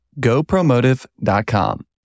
gopromotive.com